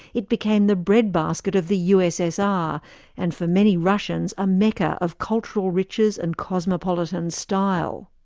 it became the breadbasket of the ussr and for many russians a mecca of cultural riches and cosmopolitan style.